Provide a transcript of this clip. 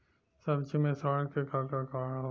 सब्जी में सड़े के का कारण होला?